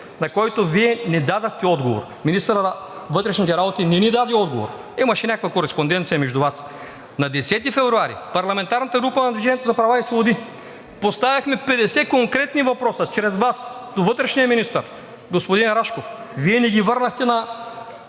на който Вие не дадохте отговор. Министърът на вътрешните работи не ни даде отговор. Имаше някаква кореспонденция между Вас. На 10 февруари парламентарната група на „Движение за права и свободи“ поставихме 50 конкретни въпроса чрез Вас до вътрешния министър – господин Рашков, Вие ни ги върнахте на